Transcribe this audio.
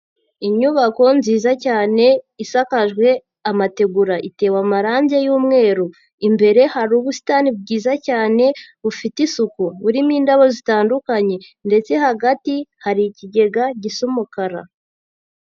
Inyubako nziza cyane isakajwe amategura. Itewe amarangi y'umweru. Imbere hari ubusitani bwiza cyane bufite isuku. Burimo indabo zitandukanye ndetse hagati hari ikigega gisa umukara.